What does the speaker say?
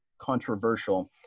controversial